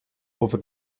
over